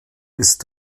ist